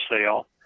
sale